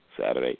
Saturday